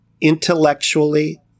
intellectually